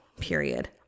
Period